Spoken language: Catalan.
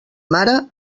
mare